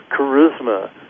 charisma